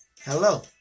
Hello